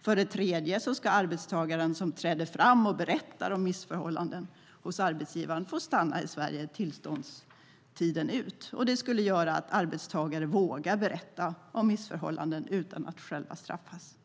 För det tredje ska arbetstagare som träder fram och berättar om missförhållanden hos arbetsgivaren få stanna i Sverige tillståndstiden ut. Det skulle göra att arbetstagare vågar berätta om missförhållanden utan att själva straffas.